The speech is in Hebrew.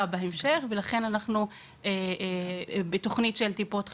בהמשך ולכן במסגרת התוכנית של טיפת חלב,